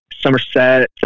Somerset